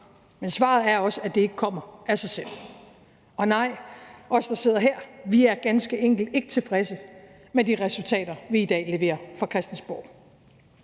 men svaret er også, at det ikke kommer af sig selv. Og nej, os, der sidder her, er ganske enkelt ikke tilfredse med de resultater, vi i dag leverer fra Christiansborg.